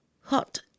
Hot